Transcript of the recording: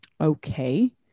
okay